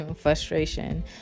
frustration